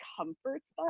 comforts